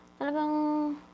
talagang